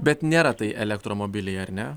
bet nėra tai elektromobiliai ar ne